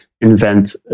invent